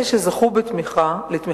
אלה שזכו לתמיכה,